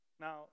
Now